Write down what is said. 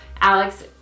Alex